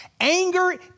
Anger